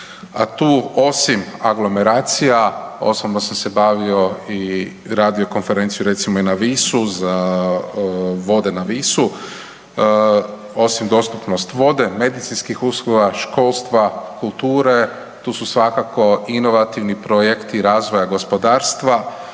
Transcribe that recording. A tu osim aglomeracija, osobno sam se bavio i radio konferenciju, recimo i na Visu, za vode na Visu, osim dostupnost vode, medicinskih usluga, školstva, kulture, tu su svakako inovativni projekti razvoja gospodarstva,